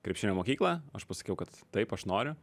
krepšinio mokyklą aš pasakiau kad taip aš noriu